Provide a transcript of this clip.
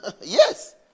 yes